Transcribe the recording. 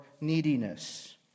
neediness